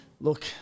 look